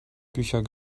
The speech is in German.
bücher